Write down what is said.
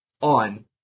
on